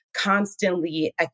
constantly